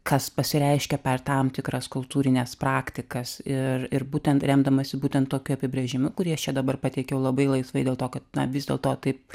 kas pasireiškia per tam tikras kultūrines praktikas ir ir būtent remdamasi būtent tokiu apibrėžimu kurį aš čia dabar pateikiau labai laisvai dėl to kad vis dėl to taip